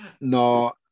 no